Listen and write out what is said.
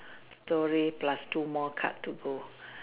story plus two more card to go